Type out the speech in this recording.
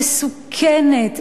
היא מסוכנת,